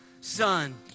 son